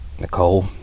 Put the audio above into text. Nicole